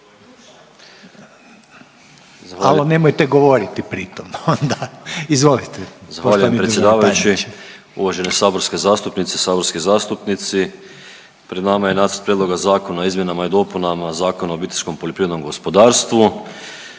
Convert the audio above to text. Zahvaljujem predsjedavajući, uvažene saborske zastupnice, saborski zastupnici. Pred nama je nacrt Prijedloga zakona o izmjenama i dopunama Zakona o obiteljskom poljoprivrednom gospodarstvu.